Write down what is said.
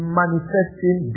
manifesting